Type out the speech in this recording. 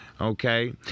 okay